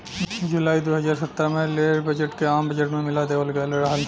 जुलाई दू हज़ार सत्रह में रेल बजट के आम बजट में मिला देवल गयल रहल